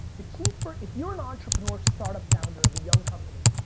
the key for if you're an entrepreneur startup founder of a young company,